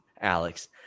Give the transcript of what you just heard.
Alex